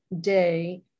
day